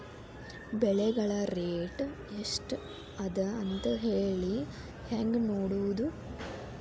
ಬೆಳೆಗಳ ರೇಟ್ ಎಷ್ಟ ಅದ ಅಂತ ಹೇಳಿ ಹೆಂಗ್ ನೋಡುವುದು?